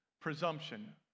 presumption